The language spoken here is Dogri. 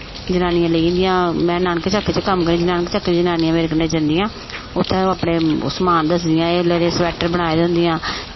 जनानियां लेई जंदियां में नानकचक च कम्म करनी नानकचक दियां जनानियां मेरे कन्नै जंदियां उत्थें ओह् अपने समान दसदियां जि'यां एह् स्वेटर बनाए दियां होंदियां